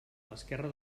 l’esquerra